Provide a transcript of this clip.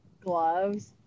gloves